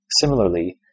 Similarly